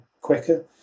quicker